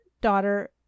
daughter